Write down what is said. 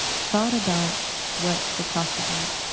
thought about what to talk about.